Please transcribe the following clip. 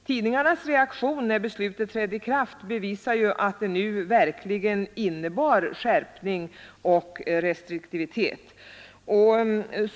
Tidningarnas reaktion när beslutet trädde i kraft bevisar ju att det nu verkligen innebar skärpning och restriktivitet.